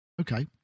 Okay